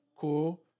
cool